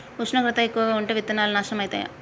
ఉష్ణోగ్రత ఎక్కువగా ఉంటే విత్తనాలు నాశనం ఐతయా?